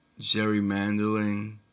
gerrymandering